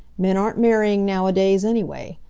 men aren't marrying now-a-days, anyway.